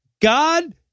god